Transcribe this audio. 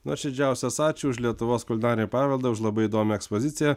nuoširdžiausias ačiū už lietuvos kulinarinį paveldą už labai įdomią ekspoziciją